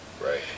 Right